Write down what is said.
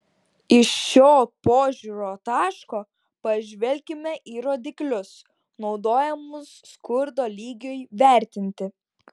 iš šio požiūrio taško pažvelkime į rodiklius naudojamus skurdo lygiui vertinti